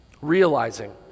realizing